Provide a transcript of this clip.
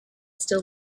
still